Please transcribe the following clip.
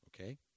okay